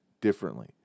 differently